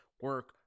Work